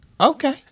Okay